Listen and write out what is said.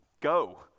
go